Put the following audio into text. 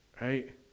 right